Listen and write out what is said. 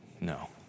No